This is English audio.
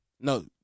no